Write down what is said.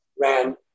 ran